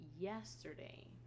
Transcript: Yesterday